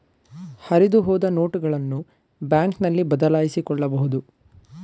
ಹರಿದುಹೋದ ನೋಟುಗಳನ್ನು ಬ್ಯಾಂಕ್ನಲ್ಲಿ ಬದಲಾಯಿಸಿಕೊಳ್ಳಬಹುದು